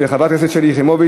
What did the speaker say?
של חברת הכנסת שלי יחימוביץ,